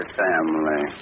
family